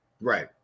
right